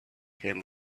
came